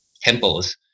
temples